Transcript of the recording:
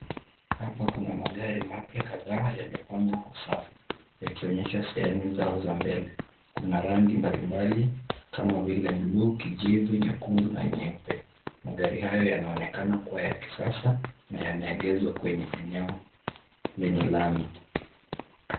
Hapa kuna magari mapya kadhaa yamepangwa kwa safu yakionyesha sehemu zao za mbele. Kuna rangi mbalimbali kama vile blue, ,kijivu, nyekundu na nyeupe. Magari hayo yanaonekana kuwa ya kisasa na yameegezwa kwenye eneo lenye lami.